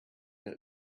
that